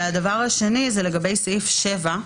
הדבר השני נוגע לסעיף 7,